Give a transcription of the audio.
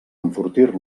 enfortir